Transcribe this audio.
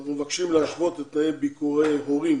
אנחנו מבקשים להשוות את תנאי ביקורי הורים